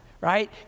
right